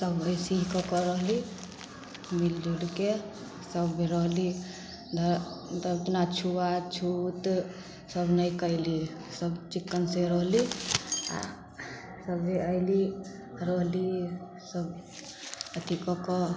सभ अइसे ही कऽके रहली मिलिजुलिके सभ रहली अपना छुआछूत सब नहि कएली सभ चिक्कनसे रहली आओर सभ जे अएली रहली सब अथी कऽके